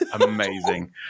Amazing